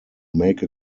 make